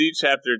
CHAPTER